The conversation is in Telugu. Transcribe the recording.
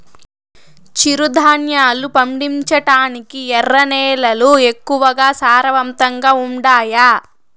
చిరుధాన్యాలు పండించటానికి ఎర్ర నేలలు ఎక్కువగా సారవంతంగా ఉండాయా